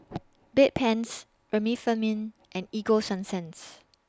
Bedpans Remifemin and Ego Sunsense